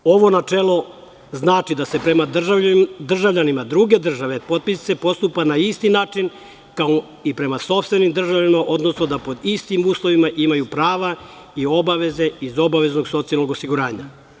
Ovo načelo znači da se prema državljanima druge države potpisnice postupa na isti način kao i prema sopstvenim državljanima odnosno da pod istim uslovima imaju prava i obaveze iz obaveznog socijalnog osiguranja.